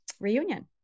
reunion